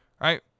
Right